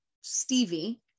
Stevie-